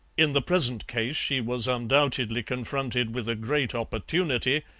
in the present case she was undoubtedly confronted with a great opportunity,